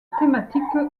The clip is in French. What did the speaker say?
thématique